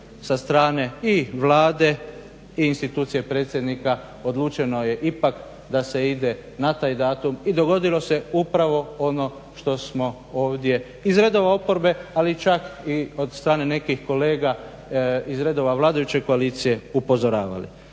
sa strane i Vlade i institucije predsjednika odlučeno je ipak da se ide na taj datum. I dogodilo se upravo ono što smo ovdje iz redova oporbe ali čak i od strane nekih kolega iz redova vladajuće koalicije upozoravali.